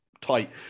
tight